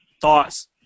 thoughts